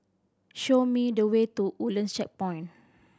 show me the way to Woodlands Checkpoint